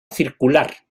circular